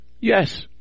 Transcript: yes